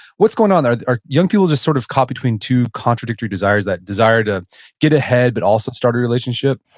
what's going on there? are young people just sort of caught between two contradictory desires, that desire to get ahead but also start a relationship?